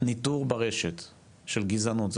ניטור ברשת של גזענות.